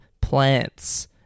plants